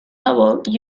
bubble